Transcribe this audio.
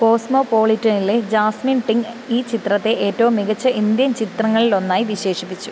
കോസ്മോപോളിറ്റനിലെ Jasmine Ting ഈ ചിത്രത്തെ ഏറ്റവും മികച്ച ഇൻഡ്യൻ ചിത്രങ്ങളിലൊന്നായി വിശേഷിപ്പിച്ചു